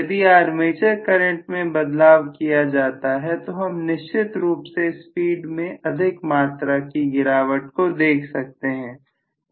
यदि armature current में बदलाव किया जाता है तो हम निश्चित रूप से स्पीड में अधिक मात्रा की गिरावट को देख सकते हैं